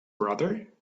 brother